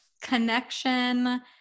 connection